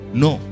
no